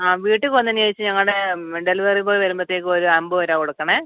ആ വീട്ടിൽ പോവുന്നതിന് ചേച്ചി ഞങ്ങളുടെ ഡെലിവറി ബോയ് വരുമ്പോഴ്ത്തേക്കും ഒരു അൻപത് രൂപ കൊടുക്കണം